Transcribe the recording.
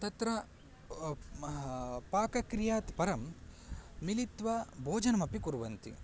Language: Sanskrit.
तत्र पाकक्रियात् परं मिलित्वा भोजनमपि कुर्वन्ति